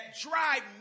drive